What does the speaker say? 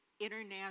international